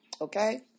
okay